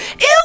ew